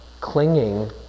clinging